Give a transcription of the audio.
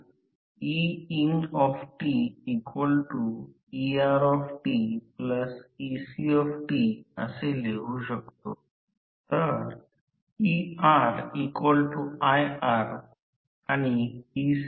आता देखील E1 E2जर हे अभिव्यक्ती असेल तर हे येथे लिहिले आहे की या अभिव्यक्तीने E1 E2 फक्त E1 E2 विभाजित केले तर ते असे होईल